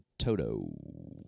Toto